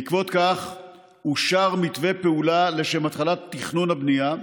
בעקבות זאת אושר מתווה פעולה לשם התחלת תכנון הבנייה,